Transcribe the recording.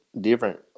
different